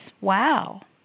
wow